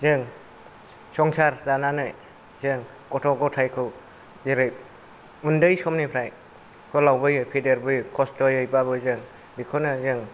जों संसार जानानै जों गथ' गथायखौ जेरै उन्दै समनिफ्राय फोलावबोयो फेदेरबोयो खस्त'यैब्लाबो जों बेखौनो जों